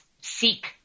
seek